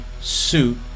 suit